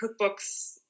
cookbooks